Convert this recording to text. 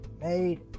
made